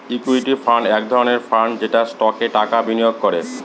equity fund এক ধরনের fund যেটা স্টকে টাকা বিনিয়োগ করে